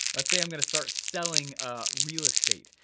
lets say i'm gonna start selling ah real estate,